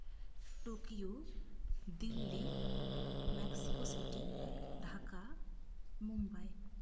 Tokyo Delhi Mexico city Dhaka Mumbai